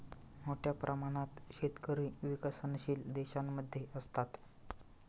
मोठ्या प्रमाणात शेतकरी विकसनशील देशांमध्ये असतात